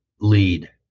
lead